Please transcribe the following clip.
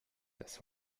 das